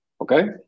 Okay